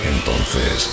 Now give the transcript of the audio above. Entonces